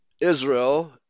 Israel